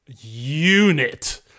unit